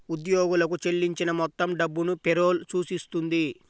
ఉద్యోగులకు చెల్లించిన మొత్తం డబ్బును పే రోల్ సూచిస్తుంది